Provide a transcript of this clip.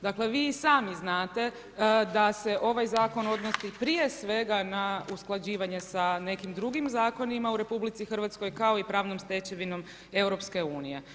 Dakle vi i sami znate da se ovaj zakon odnosi prije svega na usklađivanje sa nekim drugim zakonima u RH kao i pravnom stečevinom EU.